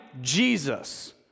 Jesus